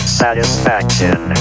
satisfaction